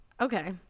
Okay